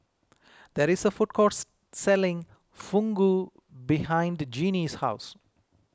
there is a food courts selling Fugu behind Jeanie's house